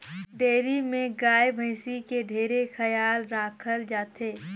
dairy में गाय, भइसी के ढेरे खयाल राखल जाथे